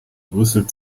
brüssel